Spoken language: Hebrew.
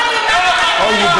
אוי,